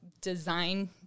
design